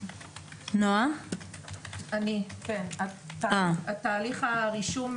המעונות והרשתות קורסות לחלוטין.